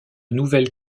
nouvelle